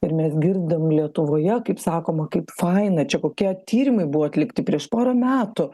ir mes girdim lietuvoje kaip sakoma kaip faina čia kokie tyrimai buvo atlikti prieš porą metų